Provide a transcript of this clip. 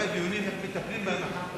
ולא היו דיונים איך מטפלים בהם אחר כך.